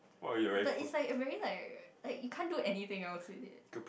but it's like a very like like you can't do anything else with it